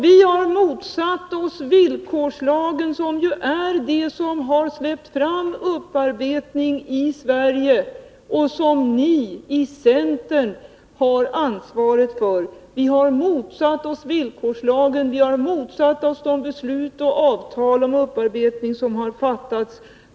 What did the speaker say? Vi har motsatt oss villkorslagen, som är det som har släppt fram upparbetning i Sverige och som ni i centern har ansvaret för. Vi har från första stund motsatt oss den och de beslut och avtal om upparbetning som har fattats.